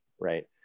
right